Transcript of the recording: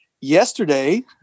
Yesterday